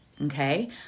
Okay